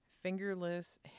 fingerless